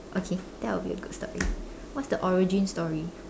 okay that would be a good story what's the origin story